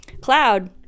Cloud